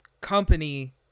company